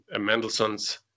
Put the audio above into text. Mendelssohn's